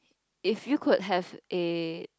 if you could have a